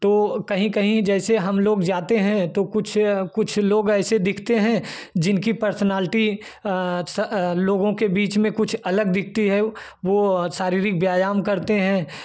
तो कहीं कहीं जैसे हम लोग जाते हैं तो कुछ कुछ लोग ऐसे दिखते हैं जिनकी पर्सनालिटी सा लोगों के बीच में कुछ अलग दिखती है वह शारीरिक व्यायाम करते हैं